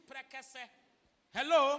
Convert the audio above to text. Hello